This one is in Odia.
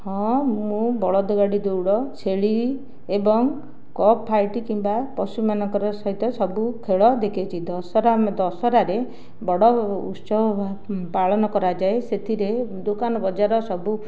ହଁ ମୁଁ ବଳଦ ଗାଡ଼ି ଦୌଡ଼ ଛେଳି ଏବଂ କକ୍ ଫାଇଟ୍ କିମ୍ବା ପଶୁମାନଙ୍କର ସହିତ ସବୁ ଖେଳ ଦେଖିଛି ଦଶରା ଦଶହରାରେ ବଡ଼ ଉତ୍ସବ ପାଳନ କରାଯାଏ ସେଥିରେ ଦୋକାନ ବଜାର ସବୁ